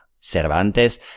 Cervantes